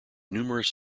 numerous